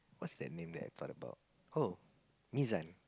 what's that name that I thought about oh Mizan